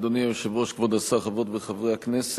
אדוני היושב-ראש, כבוד השר, חברות וחברי הכנסת,